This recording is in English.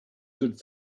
good